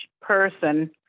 person